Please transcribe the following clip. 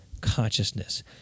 consciousness